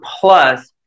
plus